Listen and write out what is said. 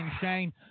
Shane